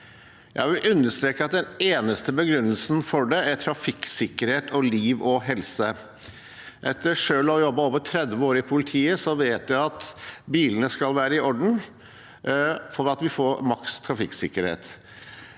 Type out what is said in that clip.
Jeg vil understreke at den eneste begrunnelsen for det er trafikksikkerhet og liv og helse. Etter selv å ha jobbet i over 30 år i politiet vet jeg at bilene skal være i orden for at vi får maks trafikksikkerhet.